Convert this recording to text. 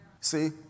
See